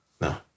No